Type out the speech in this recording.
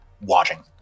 watching